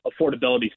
affordability